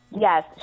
Yes